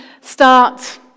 start